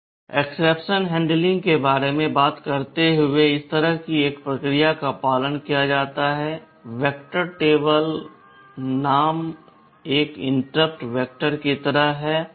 exception handling के बारे में बात करते हुए इस तरह की एक प्रक्रिया का पालन किया जाता है वेक्टर टेबल नामक एक इंटरप्ट वेक्टर की तरह है